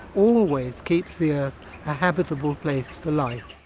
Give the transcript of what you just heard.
always keeps the earth a habitable place for life.